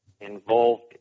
involved